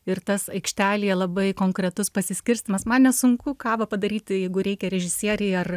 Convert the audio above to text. ir tas aikštelėje labai konkretus pasiskirstymas man nesunku kavą padaryti jeigu reikia režisierei ar